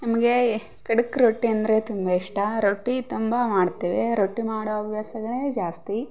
ನಮಗೆ ಖಡಕ್ ರೊಟ್ಟಿ ಅಂದರೆ ತುಂಬ ಇಷ್ಟ ರೊಟ್ಟಿ ತುಂಬ ಮಾಡ್ತೇವೆ ರೊಟ್ಟಿ ಮಾಡೋ ಹವ್ಯಾಸಗಳೇ ಜಾಸ್ತಿ